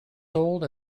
sold